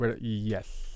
Yes